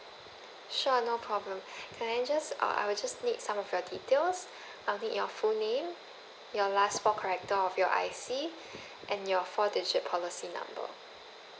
sure no problem can I just uh I will just need some of your details I'll need your full name your last four character of your I_C and your four digit policy number